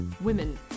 women